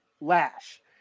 Lash